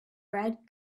red